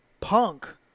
Punk